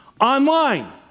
Online